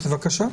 בבקשה.